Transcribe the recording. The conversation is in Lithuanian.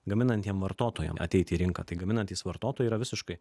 gaminantiem vartotojam ateiti į rinką tai gaminantys vartotojai yra visiškai